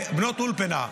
בנות אולפנה.